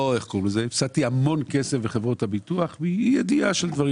הפסדתי המון כסף בחברות הביטוח מאי ידיעה של דברים